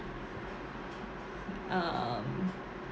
um